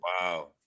wow